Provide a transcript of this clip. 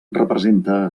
representa